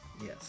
Yes